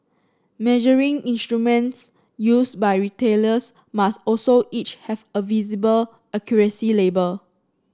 measuring instruments used by retailers must also each have a visible accuracy label